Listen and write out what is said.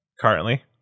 currently